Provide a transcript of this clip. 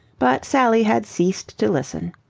but sally had ceased to listen.